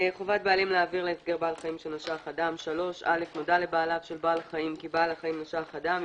חובת בעלים להעביר להסגר בעל חיים שנשך אדם 3. (א)נודע לבעליו של בעל חיים כי בעל החיים נשך אדם,